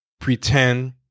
pretend